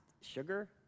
sugar